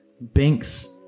Banks